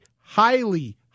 highly